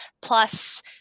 plus